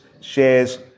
shares